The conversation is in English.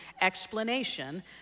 explanation